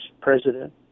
president